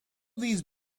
these